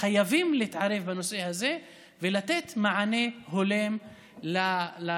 חייבים להתערב בנושא הזה ולתת מענה הולם למשבר,